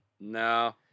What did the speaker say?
No